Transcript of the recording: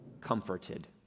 comforted